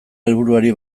helburuari